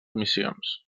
missions